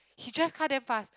he drive car damn fast